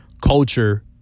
culture